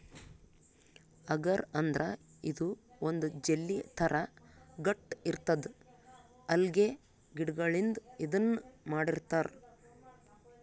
ಅಗರ್ ಅಂದ್ರ ಇದು ಒಂದ್ ಜೆಲ್ಲಿ ಥರಾ ಗಟ್ಟ್ ಇರ್ತದ್ ಅಲ್ಗೆ ಗಿಡಗಳಿಂದ್ ಇದನ್ನ್ ಮಾಡಿರ್ತರ್